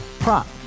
Prop